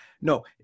no